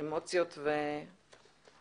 אמוציות ועניין.